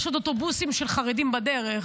יש עוד אוטובוסים של חרדים בדרך.